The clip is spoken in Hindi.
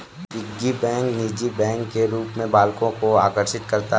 पिग्गी बैंक निजी बैंक के रूप में बालकों को आकर्षित करता है